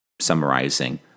summarizing